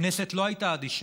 הכנסת לא הייתה אדישה.